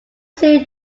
soon